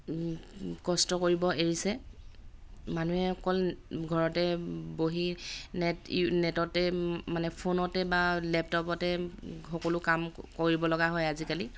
কষ্ট কৰিব এৰিছে মানুহে অকল ঘৰতে বহি নেট ইউ নেটতে মানে ফোনতে বা লেপটপতে সকলো কাম কৰিব লগা হয় আজিকালি